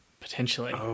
Potentially